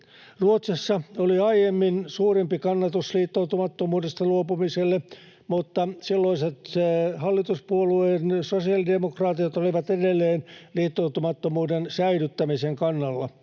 Ruotsissa oli aiemmin suurempi kannatus liittoutumattomuudesta luopumiselle, mutta silloinen hallituspuolue sosiaalidemokraatit olivat edelleen liittoutumattomuuden säilyttämisen kannalla.